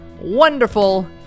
wonderful